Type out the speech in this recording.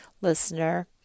listener